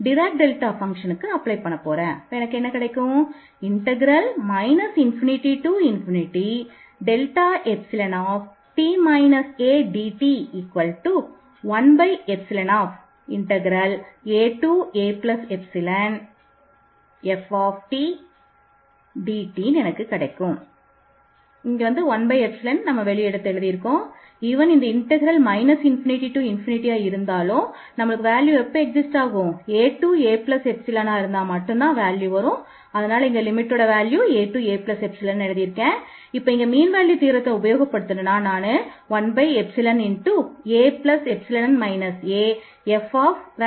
track delta கீழ்கண்டவாறு வரையறுக்கப்படுகிறது